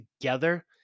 together